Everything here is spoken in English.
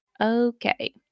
okay